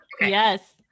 Yes